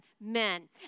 men